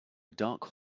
dark